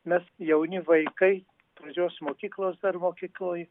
mes jauni vaikai pradžios mokyklos dar mokykloj